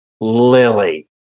Lily